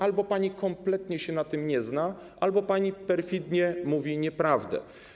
Albo pani kompletnie się na tym nie zna, albo pani perfidnie mówi nieprawdę.